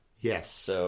Yes